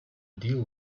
deal